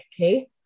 Okay